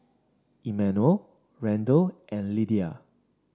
Emmanuel Randell and Lydia